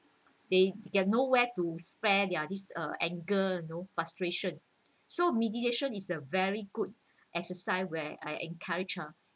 they have nowhere to spend their this uh anger you know frustration so meditation is the very good exercise where I encourage ah